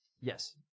Yes